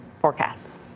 forecasts